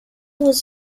was